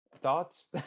thoughts